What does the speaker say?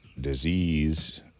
disease